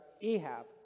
Ahab